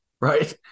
right